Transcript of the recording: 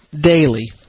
daily